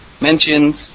mentions